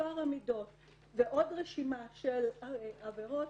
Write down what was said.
טוהר המידות ועוד רשימה של עבירות,